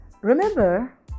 Remember